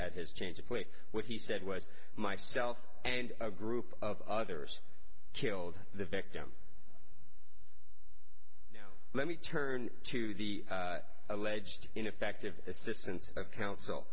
at his change of quick what he said was myself and a group of others killed the victim let me turn to the alleged ineffective assistance of counsel